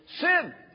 Sin